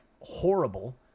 horrible